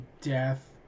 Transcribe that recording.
death